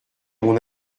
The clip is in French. mon